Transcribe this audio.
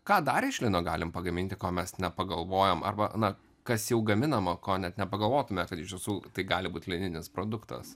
ką darė iš lino galime pagaminti ko mes nepagalvojam arba na kas jau gaminama ko net nepagalvotume kad iš tiesų tai gali būt lininis produktas